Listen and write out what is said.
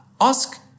ask